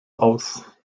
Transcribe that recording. aus